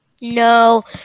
No